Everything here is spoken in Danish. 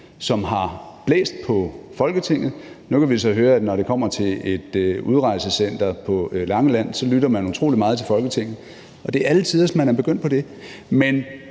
som har blæst på Folketinget, og nu kan vi så høre, at man, når det kommer til et udrejsecenter på Langeland, lytter utrolig meget til Folketinget, og det er alle tiders, at man er begyndt på det, men